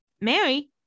Mary